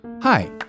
Hi